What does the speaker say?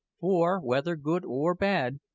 for, whether good or bad,